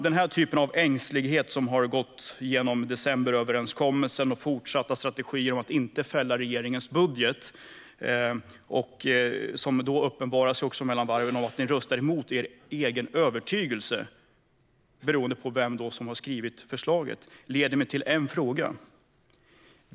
Den sortens ängslighet, som har gått genom decemberöverenskommelsen och fortsatta strategier för att inte fälla regeringens budget, som mellan varven uppenbarar sig genom att man röstar emot sin egen övertygelse, beroende på vem som skrivit förslaget, leder mig till en fråga.